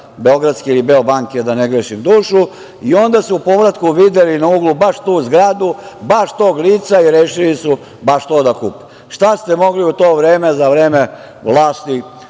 Beogradske ili „Beobanke“, da ne grešim dušu i onda su u povratku videli na uglu baš tu zgradu, baš tog lica i rešili su baš to da kupe. Šta ste mogli u to vreme, za vreme vlasti